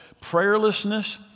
prayerlessness